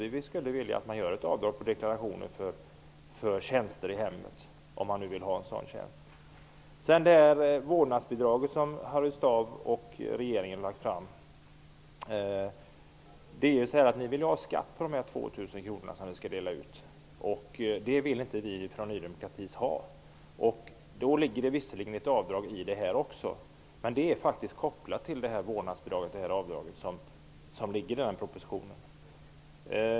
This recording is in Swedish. Vi skulle vilja att man kan göra ett avdrag i deklarationen för tjänster i hemmet, om man nu vill ha en sådan tjänst. Sedan till förslaget om vårdnadsbidrag som Harry Staaf och regeringen har lagt fram. Ni vill ha skatt på de 2 000 kr som man skall dela ut. Det vill inte vi i Ny demokrati ha. Det ligger visserligen ett avdrag också i detta. Men det avdraget är kopplat till vårdnadsbidraget, som det föreslås i propositionen.